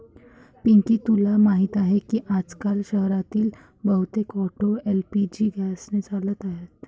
पिंकी तुला माहीत आहे की आजकाल शहरातील बहुतेक ऑटो एल.पी.जी गॅसने चालत आहेत